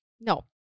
No